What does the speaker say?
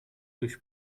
durch